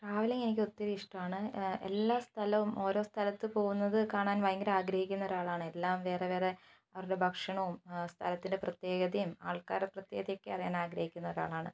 travelling എനിക്ക് ഒത്തിരി ഇഷ്ടമാണ് എല്ലാ സ്ഥലവും ഓരോ സ്ഥലത്ത് പോകുന്നത് കാണാൻ ഭയങ്കര ആഗ്രഹിക്കുന്ന ഒരാളാണ് എല്ലാം വേറെ വേറെ അവരുടെ ഭക്ഷണവും സ്ഥലത്തിൻ്റെ പ്രത്യേകതയും ആൾക്കാരുടെ പ്രത്യേകതയും ഒക്കെ അറിയാൻ ആഗ്രഹിക്കുന്ന ഒരാളാണ്